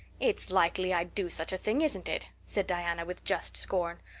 it's likely i'd do such a thing, isn't it? said diana with just scorn.